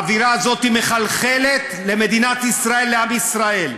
האווירה הזאת מחלחלת למדינת ישראל, לעם ישראל,